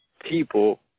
people